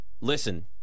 Listen